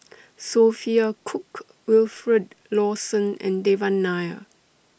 Sophia Cooke Wilfed Lawson and Devan Nair